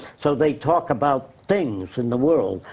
so they talk about things in the world,